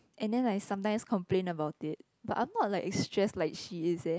and then I sometimes complain about it but I'm not like stress like she is eh